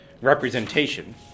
representation